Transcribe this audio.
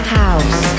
house